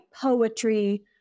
poetry